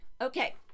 Okay